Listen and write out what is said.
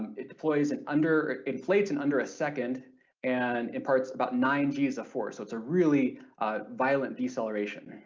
it deploys and under inflates in under a second and imparts about nine g's of force so it's a really ah violent deceleration.